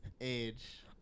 age